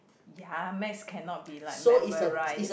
ya maths cannot be like memorise